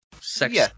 Sex